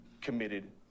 committed